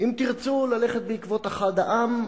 אם תרצו ללכת בעקבות אחד העם,